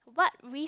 what risk